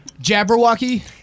Jabberwocky